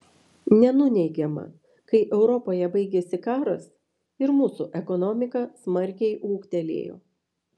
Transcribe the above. nenuneigiama kai europoje baigėsi karas ir mūsų ekonomika smarkiai ūgtelėjo